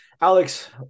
Alex